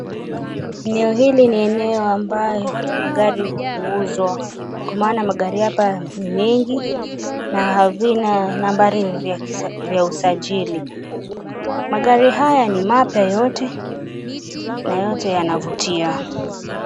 Eneo hili ni eneo ambayo magari huuzwa, kwa maana magari hapa ni mengi na havina nambari vya usajili magari haya ni mapya yote na yote yanavutia.